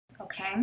Okay